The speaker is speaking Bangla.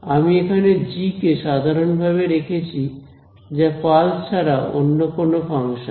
আমি এখানে জি কে সাধারণভাবে রেখেছি যা পালস ছাড়া অন্য কোন ফাংশন